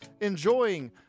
enjoying